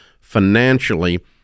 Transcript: financially